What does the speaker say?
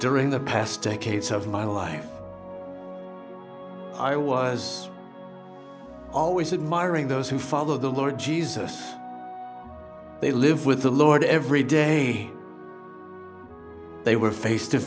during the past decades of my life i was always admiring those who follow the lord jesus they live with the lord every day they were face to